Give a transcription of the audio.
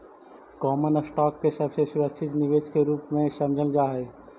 common stock के सबसे सुरक्षित निवेश के रूप में समझल जा हई